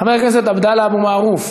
חבר הכנסת עבדאללה אבו מערוף,